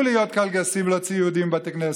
להיות קלגסים ולהוציא יהודים מבתי כנסת.